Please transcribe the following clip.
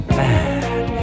bad